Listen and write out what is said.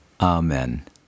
Amen